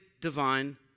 divine